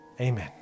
Amen